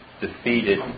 defeated